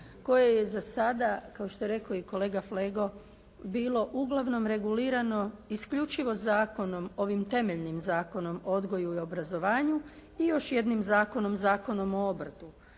koje je za sada, kao što je rekao kolega Flego bilo uglavnom regulirano isključivo zakonom, ovim temeljnim zakonom o odgoju i obrazovanju i još jednim zakonom, Zakonom o obrtu.